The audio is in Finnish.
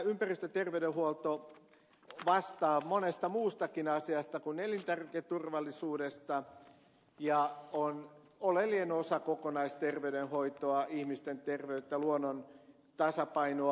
ympäristöterveydenhuolto vastaa monesta muustakin asiasta kuin elintarviketurvallisuudesta ja on oleellinen osa kokonaisterveydenhoitoa ihmisten terveyttä luonnon tasapainoa